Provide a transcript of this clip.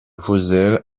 vozelle